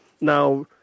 Now